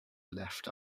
left